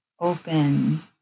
open